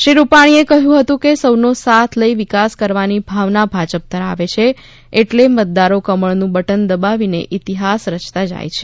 શ્રી રૂપાણીએ કહ્યું હતું કે સૌનો સાથ લઈ વિકાસ કરવાની ભાવના ભાજપ ધરાવે છે એટ઼લે મતદારો કમળનું બટન દબાવી ઈતિહાસ રચતા જાય છે